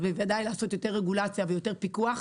אז בוודאי לעשות יותר רגולציה ויותר פיקוח,